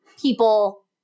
people